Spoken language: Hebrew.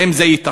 האם זה ייתכן?